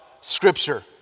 scripture